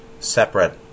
separate